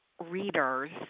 readers